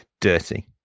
Dirty